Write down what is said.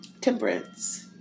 Temperance